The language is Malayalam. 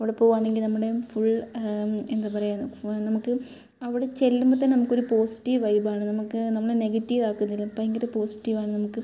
അവിടെ പോകാണെങ്കിൽ നമ്മുടെ ഫുൾ എന്താ പറയാ നമുക്ക് അവിടെ ചെല്ലുമ്പോൾ തന്നെ നമുക്കൊരു പോസിറ്റീവ് വൈബാണ് നമുക്ക് നമ്മളെ നെഗറ്റീവ് ആക്കുന്നില്ല ഭയങ്കര പോസിറ്റീവാണ് നമുക്ക്